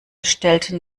stellten